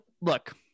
look